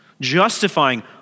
justifying